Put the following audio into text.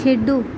ਖੇਡੋ